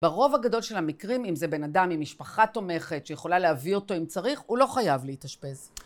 ברוב הגדול של המקרים, אם זה בן אדם עם משפחה תומכת שיכולה להביא אותו אם צריך, הוא לא חייב להתאשפז.